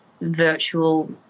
Virtual